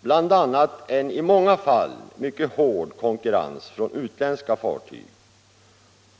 bl.a. en i många fall mycket hård konkurrens från utländska fartyg.